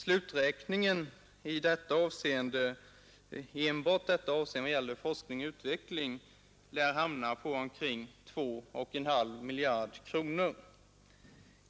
Sluträkningen enbart när det gäller forskning och utveckling lär hamna på omkring 2,5 miljarder kronor.